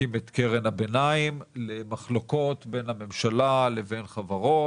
שהקים את קרן הביניים למחלוקות בין הממשלה לבין חברות.